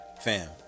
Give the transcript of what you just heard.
Fam